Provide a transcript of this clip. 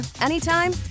anytime